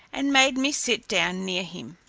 and made me sit down near him.